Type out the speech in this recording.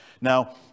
Now